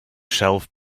shelf